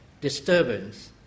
disturbance